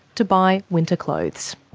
to buy winter clothes.